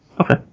Okay